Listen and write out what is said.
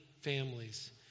families